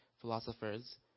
philosophers